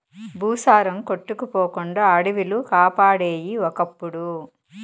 భూసారం కొట్టుకుపోకుండా అడివిలు కాపాడేయి ఒకప్పుడు